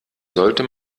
sollte